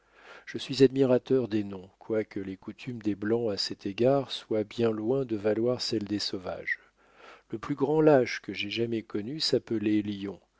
je suis admirateur des noms quoique les coutumes des blancs à cet égard soient bien loin de valoir celles des sauvages le plus grand lâche que j'aie jamais connu s'appelait